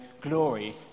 glory